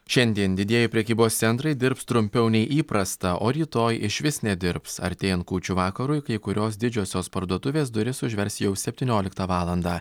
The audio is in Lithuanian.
šiandien didieji prekybos centrai dirbs trumpiau nei įprasta o rytoj išvis nedirbs artėjant kūčių vakarui kai kurios didžiosios parduotuvės duris užvers jau septynioliktą valandą